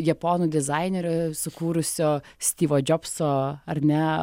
japonų dizainerio sukūrusio styvo džobso ar ne